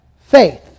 faith